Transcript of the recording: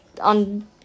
on